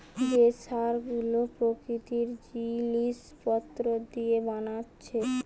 যে সার গুলো প্রাকৃতিক জিলিস পত্র দিয়ে বানাচ্ছে